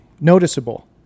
noticeable